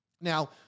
Now